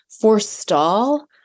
forestall